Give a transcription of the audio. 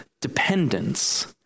dependence